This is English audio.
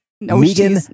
Megan